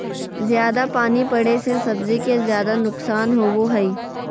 जयादा पानी पड़े से सब्जी के ज्यादा नुकसान होबो हइ